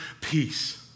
Peace